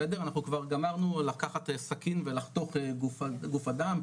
בסדר, אנחנו גמרנו לקחת סכין ולחתוך גוף אדם.